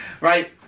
Right